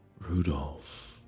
Rudolph